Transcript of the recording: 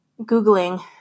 Googling